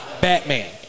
Batman